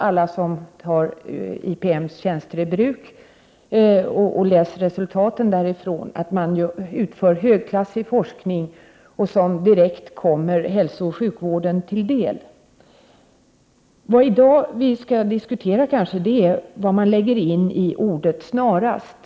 Alla som tar IPM:s tjänster i bruk och har tagit del av deras resultat har unisont uttalat att IPM utför en högklassig forskning som direkt kommer hälsooch sjukvården till del. Det vi i dag diskuterar är kanske vad man lägger in i ordet snarast.